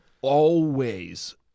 always-